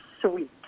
sweet